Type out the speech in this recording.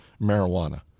marijuana